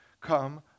come